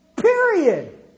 Period